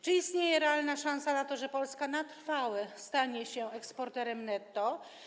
Czy istnieje realna szansa na to, że Polska na trwałe stanie się eksporterem netto?